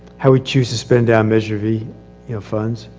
how we choose to spend our treasury, you know, funds.